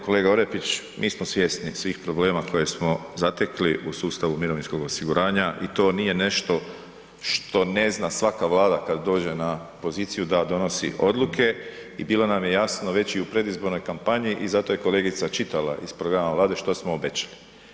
Kolega Orepić, mi smo svjesni svih problema koje smo zatekli u sustavu mirovinskog osiguranja i to nije nešto što ne zna svaka vlada kad dođe na poziciju da donosi odluke i bilo nam je jasno već u i predizbornoj kampanji i zato je kolegica čitala iz programa Vlade što smo obećali.